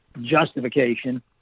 justification